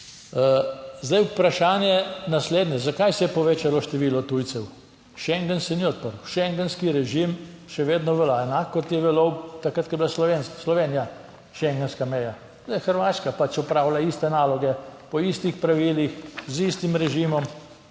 Zdaj, vprašanje naslednje, zakaj se je povečalo število tujcev? Schengen se ni odprl, schengenski režim še vedno velja, enako kot je veljal takrat, ko je bila Slovenija schengenska meja. Hrvaška pač opravlja iste naloge, po istih pravilih, z istim režimom